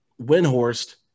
Winhorst